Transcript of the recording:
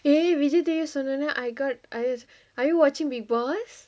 eh vijay T_V சொன்னோனே:sonnonae I got I was are you watching bigg boss